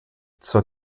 zur